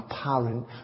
apparent